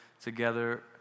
together